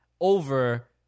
over